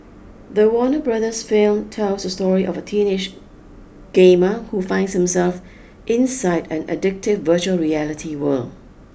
the Warner Brothers film tells a story of a teenage gamer who finds himself inside an addictive virtual reality world